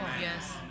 Yes